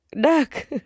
duck